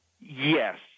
Yes